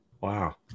Wow